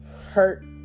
hurt